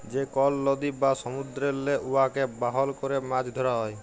যে কল লদী বা সমুদ্দুরেল্লে উয়াকে বাহল ক্যরে মাছ ধ্যরা হ্যয়